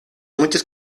muchos